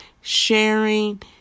sharing